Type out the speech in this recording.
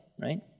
right